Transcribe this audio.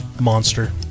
monster